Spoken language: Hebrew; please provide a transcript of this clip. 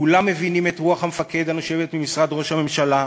כולם מבינים את רוח המפקד הנושבת ממשרד ראש הממשלה,